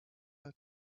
mud